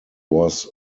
was